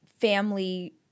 family